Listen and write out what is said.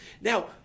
Now